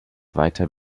weiter